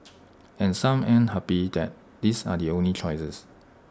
and some aren't happy that these are the only choices